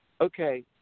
okay